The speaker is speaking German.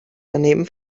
daneben